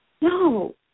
no